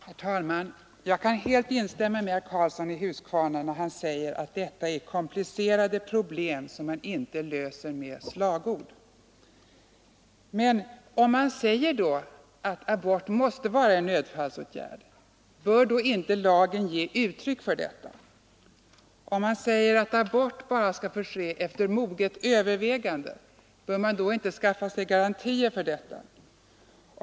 Herr talman! Jag kan helt instämma med herr Karlsson i Huskvarna när han säger att detta är komplicerade problem, som man inte löser med slagord. Men om man säger att abort måste vara en nödfallsåtgärd, bör då inte lagen ge uttryck för detta? Om man säger att abort bara skall få ske efter övervägande, bör man då inte skaffa sig garantier för att så blir fallet?